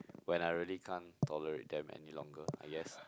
when I really can't tolerate them any longer I guess